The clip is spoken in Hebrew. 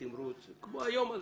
ותמרוץ כמו היום הזה.